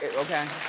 okay.